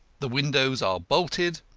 the windows are bolted,